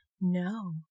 No